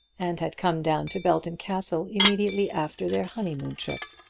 and had come down to belton castle immediately after their honeymoon trip.